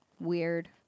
Weird